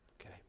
Okay